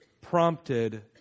prompted